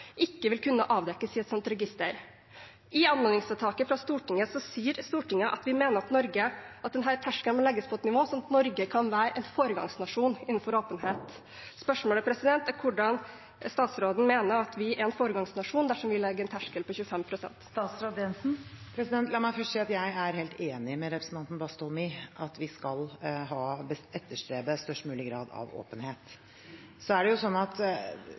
ikke vil kunne avdekkes i et slikt register. I anmodningsvedtaket fra Stortinget sier Stortinget at vi mener at denne terskelen må legges på et slikt nivå at Norge kan være en foregangsnasjon innenfor åpenhet. Spørsmålet er hvordan statsråden mener at vi er en foregangsnasjon dersom vi legger terskelen på 25 pst. eierandel. La meg først si at jeg er helt enig med representanten Bastholm i at vi skal etterstrebe størst mulig grad av åpenhet. Så er det slik at